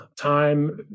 time